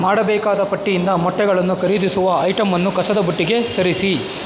ಮಾಡಬೇಕಾದ ಪಟ್ಟಿಯಿಂದ ಮೊಟ್ಟೆಗಳನ್ನು ಖರೀದಿಸುವ ಐಟಮ್ಮನ್ನು ಕಸದ ಬುಟ್ಟಿಗೆ ಸರಿಸಿ